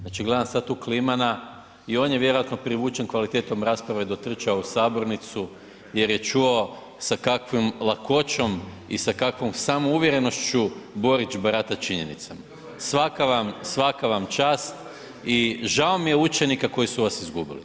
Znači gledam sad tu Klimana i on je vjerojatno privučen kvalitetom rasprave dotrčao u sabornicu jer je čuo sa kakvom lakoćom i sa kakvom samouvjerenošću Borić barata činjenicama, svaka vam, svaka vam čast i žao mi je učenika koji su vas izgubili.